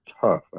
tough